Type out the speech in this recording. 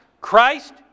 Christ